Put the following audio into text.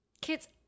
kids